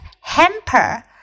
hamper